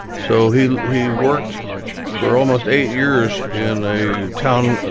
so he he worked for almost eight years in a town, ah